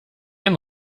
ein